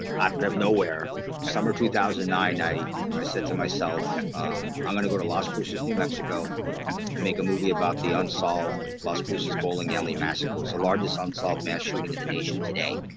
ah kind of nowhere summer two thousand and nine. i i said to myself, um i'm gonna go to las cruces new. mexico and make a movie about the unsolved las cruces bowling alley massacre. it's the largest unsolved mass shooting in the nation today